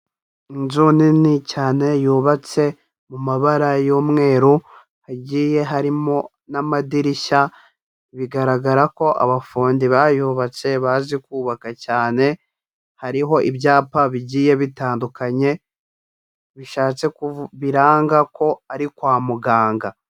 Inzu nini cyane yubatse mu mabara y'umweru, hagiye harimo n'amadirishya. Bigaragara ko abafundi bayubatse bazi kubaka cyane. Hariho ibyapa bigiye bitandukanye biranga ko ari kwa muganga.